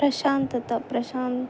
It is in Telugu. ప్రశాంతత ప్రశాంత